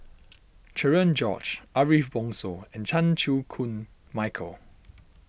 Cherian George Ariff Bongso and Chan Chew Koon Michael